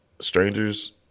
strangers